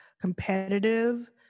Competitive